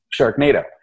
sharknado